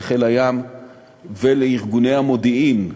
לחיל הים ולארגוני המודיעין,